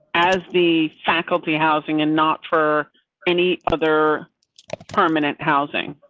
as the faculty housing, and not for any other permanent housing.